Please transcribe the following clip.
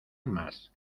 más